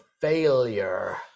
failure